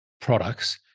products